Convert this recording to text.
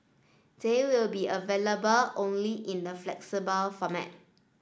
they will be available only in the flexible format